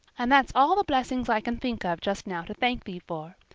and that's all the blessings i can think of just now to thank thee for.